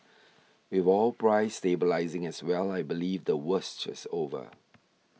with oil prices stabilising as well I believe the worst is over